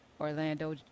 Orlando